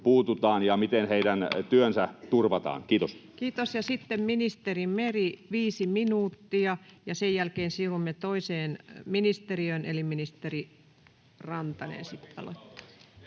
ja miten heidän työnsä turvataan? — Kiitos. Kiitos. — Ja sitten ministeri Meri, viisi minuuttia. — Sen jälkeen siirrymme toiseen ministeriöön, eli ministeri Rantanen